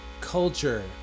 culture